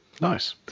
nice